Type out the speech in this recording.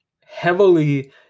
heavily